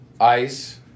Ice